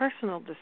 personal